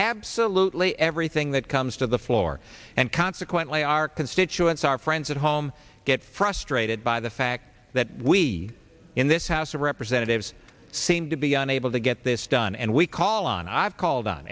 absolutely everything that comes to the floor and consequently our constituents our friends at home get frustrated by the fact that we in this house of representatives seem to be unable to get this done and we call and i've called on